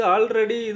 Already